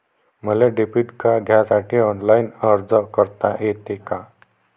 मले debit card घ्यासाठी online अर्ज करता येते का?